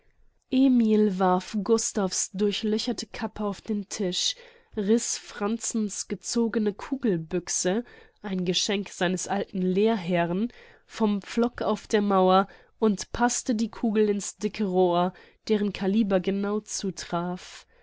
emil warf gustav's durchlöcherte kappe auf den tisch riß franzens gezogene kugelbüchse ein geschenk seines alten lehrherrn vom pflock an der mauer und paßte die kugel in's dicke rohr deren kaliber genau zutraf